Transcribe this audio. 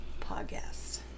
podcast